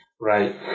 right